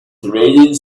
trading